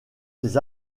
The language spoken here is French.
ses